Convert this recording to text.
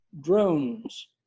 drones